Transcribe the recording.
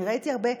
ראיתי הרבה,